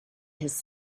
has